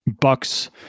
bucks